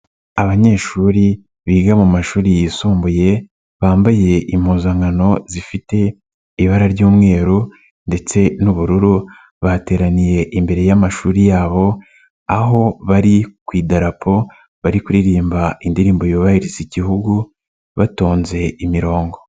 Abanyeshuri biga mu mashuri yisumbuye, bambaye impuzankano zifite ibara ry'umweru ndetse n'ubururu, bateraniye imbere y'amashuri yabo, aho bari ku idarapo, bari kuririmba indirimbo yubahiriza Igihugu, batonze imirongo.